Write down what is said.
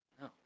No